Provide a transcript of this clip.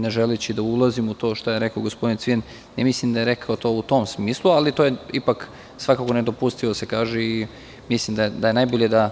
Ne želeći da ulazim u to šta je rekao gospodin Cvijan, ne mislim da je rekao to u tom smislu, ali mislim da je to svakako nedopustivo da se kaže i mislim da je najbolje da